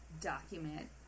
document